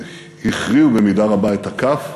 הכריעו במידה רבה את הכף